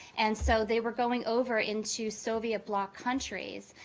and so they were going over into soviet bloc countries.